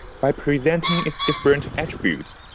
by presenting its different attributes,